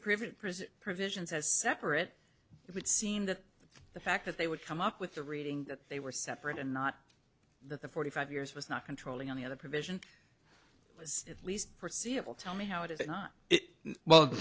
prison provisions as separate it would seem that the fact that they would come up with the reading that they were separate and not that the forty five years was not controlling on the other provision was at least forseeable tell me how it is it well